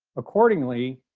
accordingly,